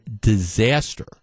disaster